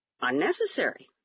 unnecessary